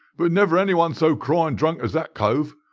but never anyone so cryin' drunk as that cove.